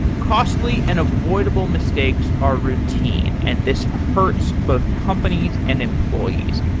costly and avoidable mistakes are routine and this hurts both companies and employees.